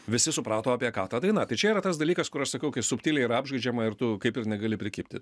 visi suprato apie ką ta daina tai čia yra tas dalykas kur aš sakau kai subtiliai yra apžaidžiama ir tu kaip ir negali prikibti